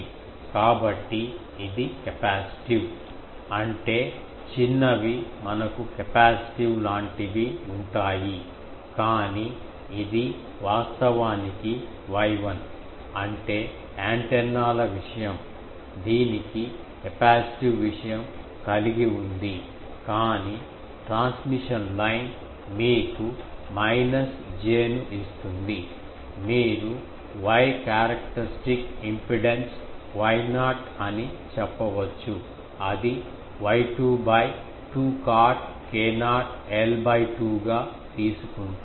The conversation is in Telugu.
కాబట్టి ఇది కెపాసిటివ్ అంటే చిన్నవి మనకు కెపాసిటివ్ లాంటివి ఉంటాయి కాని ఇది వాస్తవానికి Y1 అంటే యాంటెన్నాల విషయం దీనికి కెపాసిటివ్ విషయం కలిగి ఉంది కాని ట్రాన్స్మిషన్ లైన్ మీకు మైనస్ j ను ఇస్తున్నది మీరు Y క్యారెక్టర్స్టిక్ ఇంపిడెన్స్ Y0 అని చెప్పవచ్చు అది Y2 2 cot k0 l 2 గా తీసుకుంటుంది